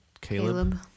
caleb